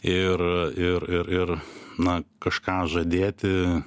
ir ir ir ir na kažką žadėti